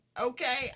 Okay